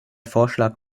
vorschlag